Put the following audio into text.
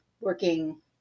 working